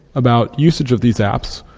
about uses of these apps,